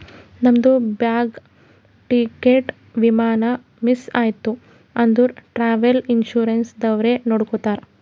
ನಮ್ದು bag, ticket, ವಿಮಾನ miss ಐಯ್ತ ಅಂದುರ್ ಟ್ರಾವೆಲ್ ಇನ್ಸೂರೆನ್ಸ್ ದವ್ರೆ ನೋಡ್ಕೊತ್ತಾರ್